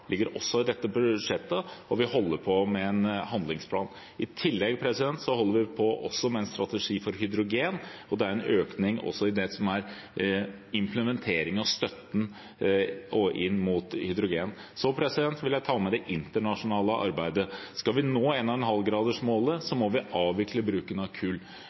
ligger også i dette budsjettet, og vi holder på med en handlingsplan. Vi holder også på med en strategi for hydrogen, og det er en økning i implementeringen og støtten knyttet til hydrogen. Jeg vil også ta med det internasjonale arbeidet. Skal vi nå 1,5-gradersmålet, må vi avvikle bruken av kull.